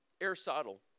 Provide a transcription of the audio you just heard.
Aristotle